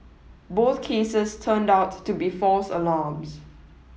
both cases turned out to be false alarms